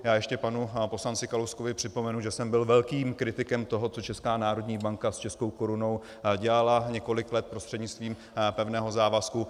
Já ještě panu poslanci Kalouskovi připomenu, že jsem byl velkým kritikem toho, co Česká národní banka s českou korunou dělala několik let prostřednictvím pevného závazku.